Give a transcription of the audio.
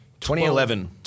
2011